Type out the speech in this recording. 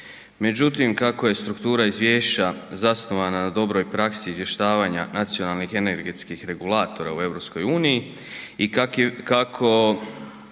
međutim kako je struktura izvješća zasnovana na dobroj praksi izvještavanja nacionalnih energetskih regulatora u EU i kako